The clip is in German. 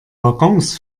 waggons